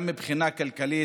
גם מבחינה כלכלית.